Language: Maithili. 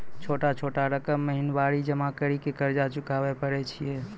छोटा छोटा रकम महीनवारी जमा करि के कर्जा चुकाबै परए छियै?